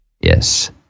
Yes